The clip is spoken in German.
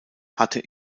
hatte